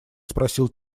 спросил